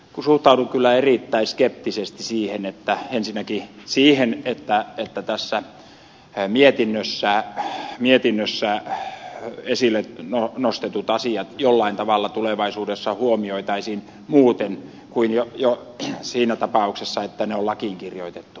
suhtaudun kyllä erittäin skeptisesti ensinnäkin siihen että mietinnössä esille nostetut asiat jollain tavalla tulevaisuudessa huomioitaisiin muuten kuin siinä tapauksessa että ne on lakiin kirjoitettu